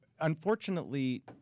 unfortunately